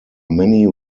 many